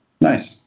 Nice